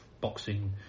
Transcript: boxing